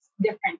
different